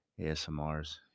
ASMRs